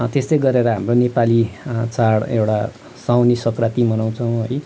त्यस्तै गरेर हाम्रो नेपाली चाड एउटा साउने सङ्क्रान्ति मनाउँछौँ है